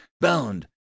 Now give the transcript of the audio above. bound